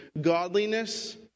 Godliness